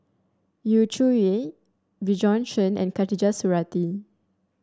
Yu Zhuye Bjorn Shen and Khatijah Surattee